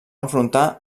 enfrontar